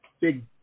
big